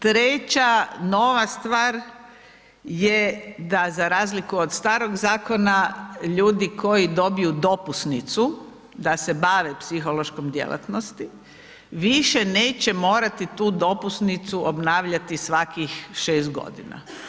Treća nova stvar je da razliku od starog zakona, ljudi koji dobiju dopusnicu da se bave psihološkom djelatnosti više neće morati tu dopusnicu obnavljati svakih 6 godina.